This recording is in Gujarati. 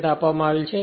48 આપવામાં આવેલ છે